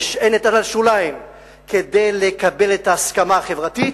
נשענת על השוליים כדי לקבל את ההסכמה החברתית,